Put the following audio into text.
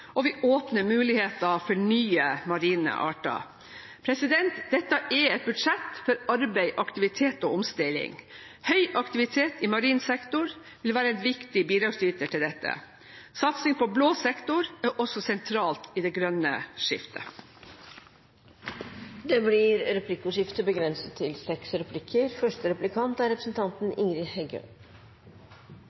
og vi åpner mulighetene for nye marine arter. Dette er et budsjett for arbeid, aktivitet og omstilling. Høy aktivitet i marin sektor vil være en viktig bidragsyter til dette. Satsing på blå sektor er også sentralt i det grønne skiftet. Det blir replikkordskifte.